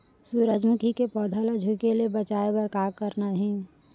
सूरजमुखी के पौधा ला झुके ले बचाए बर का करना हे?